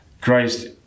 Christ